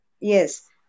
Yes